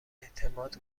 اعتماد